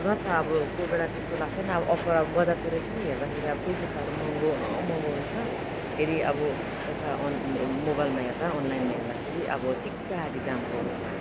र त अब कोही बेला त्यस्तो लाग्छ नि अफर बजारतिर यसो हेर्दाखेरि त्यही जुत्ताहरू महँगो न महँगो हुन्छ फेरि अब यता अन मोबाइलमा हेर्दा अनलाइनमा हेर्दाखेरि अब ठिक्क आदि दामको हुन्छ